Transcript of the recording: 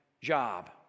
job